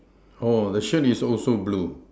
oh the shirt is also blue